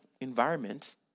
environment